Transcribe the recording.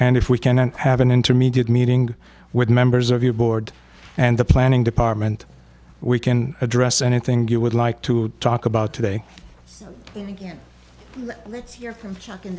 and if we can have an intermediate meeting with members of your board and the planning department we can address anything you would like to talk about today and again